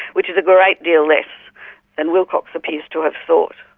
which is a great deal less than wilcox appears to have sought.